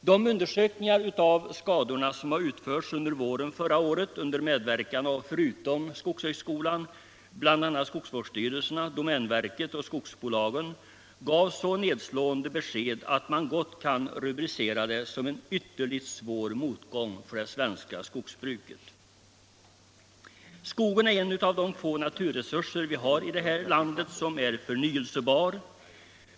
De undersökningar av skadorna som under våren förra året utfördes under medverkan av — förutom skogshögskolan — bl.a. skogsvårdsstyrelsen, domänverket och skogsbolagen gav så nedslående besked att man gott kan rubricera det som en ytterligt svår motgång för det svenska skogsbruket. Skogen är en av de få naturresurser vi har i det här landet som är förnyelsebara.